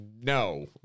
no